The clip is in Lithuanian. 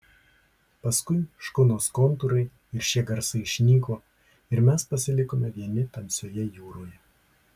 paskui škunos kontūrai ir šie garsai išnyko ir mes pasilikome vieni tamsioje jūroje